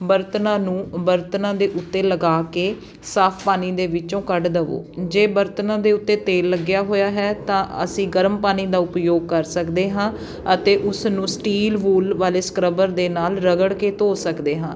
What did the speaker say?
ਬਰਤਨਾਂ ਨੂੰ ਬਰਤਨਾਂ ਦੇ ਉੱਤੇ ਲਗਾ ਕੇ ਸਾਫ਼ ਪਾਣੀ ਦੇ ਵਿੱਚੋਂ ਕੱਢ ਦੇਵੋ ਜੇ ਬਰਤਨਾਂ ਦੇ ਉੱਤੇ ਤੇਲ ਲੱਗਿਆ ਹੋਇਆ ਹੈ ਤਾਂ ਅਸੀਂ ਗਰਮ ਪਾਣੀ ਦਾ ਉਪਯੋਗ ਕਰ ਸਕਦੇ ਹਾਂ ਅਤੇ ਉਸਨੂੰ ਸਟੀਲ ਵੂਲ ਵਾਲੇ ਸਕ੍ਰੱਬਰ ਦੇ ਨਾਲ ਰਗੜ ਕੇ ਧੋ ਸਕਦੇ ਹਾਂ